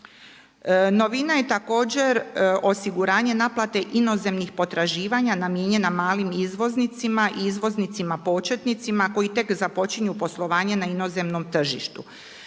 Novina je također osiguranje naplate inozemnih potraživanja namijenjena malim izvoznicima i izvoznicima početnicima koji tek započinju poslovanje na inozemnom tržištu.